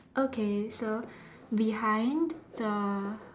okay so behind the